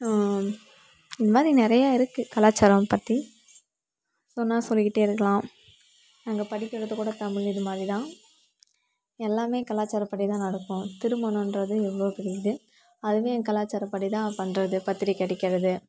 இந்த மாதிரி நிறையா இருக்குது கலாச்சாரம் பற்றி சொன்னால் சொல்லிகிட்டே இருக்கலாம் அங்கே படிக்கறதுக்கூட தமிழ் இது மாதிரிதான் எல்லாமே கலாச்சாரப்படிதான் நடக்கும் திருமணோன்றது எவ்வளோ பெரிய இது அதுவே கலாச்சாரப்படிதான் பண்ணுறது பத்திரிக்கை அடிக்கிறது